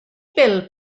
bil